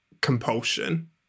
compulsion